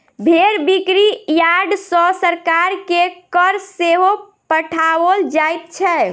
भेंड़ बिक्री यार्ड सॅ सरकार के कर सेहो पठाओल जाइत छै